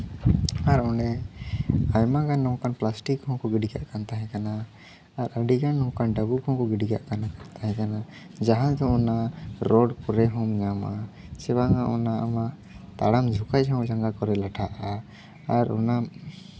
ᱟᱨ ᱚᱱᱮ ᱟᱭᱢᱟᱜᱟᱱ ᱱᱚᱝᱠᱟᱱ ᱯᱞᱟᱥᱴᱤᱠ ᱦᱚᱸ ᱠᱚ ᱜᱤᱰᱤ ᱠᱟᱜ ᱠᱟᱱ ᱛᱟᱦᱮᱸ ᱠᱟᱱᱟ ᱟᱨ ᱟᱹᱰᱤᱜᱟᱱ ᱱᱚᱝᱠᱟᱱ ᱰᱟᱹᱵᱩ ᱠᱚᱦᱚᱸ ᱠᱚ ᱜᱤᱰᱤ ᱠᱟᱜ ᱠᱟᱱ ᱛᱟᱦᱮᱸ ᱠᱟᱱᱟ ᱡᱟᱦᱟᱸ ᱫᱚ ᱚᱱᱟ ᱨᱳᱰ ᱠᱚᱨᱮ ᱦᱚᱸᱢ ᱧᱟᱢᱟ ᱥᱮ ᱵᱟᱝᱟ ᱚᱱᱟ ᱟᱱᱟ ᱟᱢᱟᱜ ᱛᱟᱲᱟᱢ ᱡᱚᱠᱷᱚᱡ ᱦᱚᱸ ᱡᱟᱸᱜᱟ ᱠᱚᱨᱮᱜ ᱞᱟᱴᱷᱟᱜᱼᱟ ᱟᱨ ᱚᱱᱟ